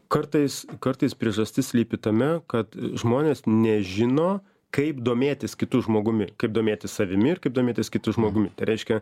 kartais kartais priežastis slypi tame kad žmonės nežino kaip domėtis kitu žmogumi kaip domėtis savimi ir kaip domėtis kitu žmogumi tai reiškia